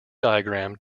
diagram